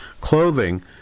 clothing